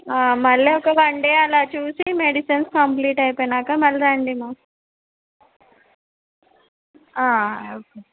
మళ్ళీ ఒక one day అలా చూసి మెడిసిన్స్ కంప్లీట్ అయిపోయినాక మళ్ళీ రండి మా ఓకే